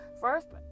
first